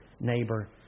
neighbor